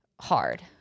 hard